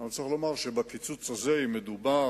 אבל צריך לומר שבקיצוץ הזה, אם מדובר